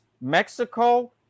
Mexico